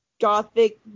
gothic